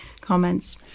comments